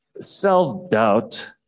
self-doubt